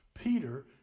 Peter